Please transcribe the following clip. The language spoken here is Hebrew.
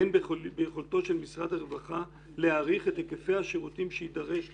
אין ביכולתו של משרד הרווחה להעריך את היקפי השירותים שיידרש להם".